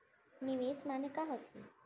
निवेश माने का होथे?